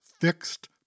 fixed